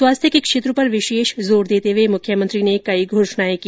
स्वास्थ्य के क्षेत्र पर विशेष जोर देते हुए मुख्यमंत्री ने कई घोषणाएं की